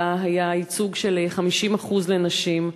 שבה היה ייצוג של 50% לנשים,